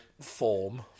form